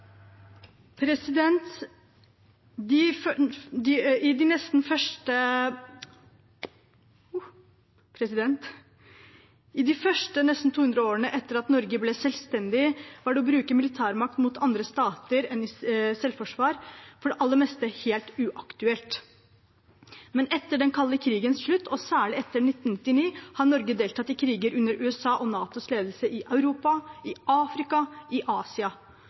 I de første nesten 200 årene etter at Norge ble selvstendig, var det å bruke militærmakt mot andre stater annet enn i selvforsvar for det aller meste helt uaktuelt, men etter den kalde krigens slutt og særlig etter 1989 har Norge deltatt i kriger under USA og NATOs ledelse i Europa, i Afrika og i Asia.